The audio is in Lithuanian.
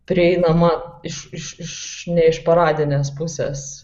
prieinama iš iš iš ne iš paradinės pusės